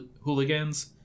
hooligans